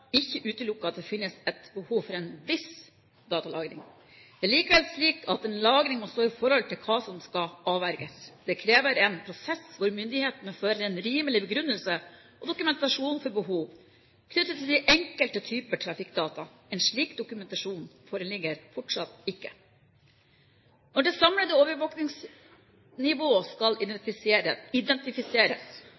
ikke utelukket at det finnes et behov for en viss datalagring. Det er likevel slik at en lagring må stå i forhold til hva som skal avverges. Det krever en prosess hvor myndighetene fører en rimelig begrunnelse og dokumentasjon for behov, knyttet til de enkelte typer trafikkdata. En slik dokumentasjon foreligger fortsatt ikke. Når det samlede overvåkningsnivå skal